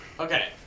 Okay